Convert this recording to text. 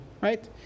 right